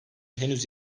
henüz